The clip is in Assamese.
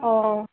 অঁ